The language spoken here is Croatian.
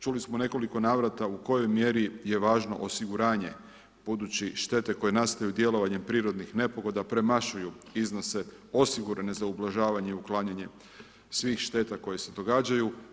Čuli smo u nekoliko navrata, u kojoj mjeri je važno osiguranje, buduće štete koje nastoje djelovanjem prirodnih nepogoda, premašuju iznose osigurane za ugrožavanje i uklanjanje svih šteta koje se događaju.